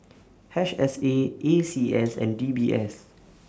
H S A A C S and D B S